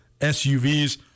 SUVs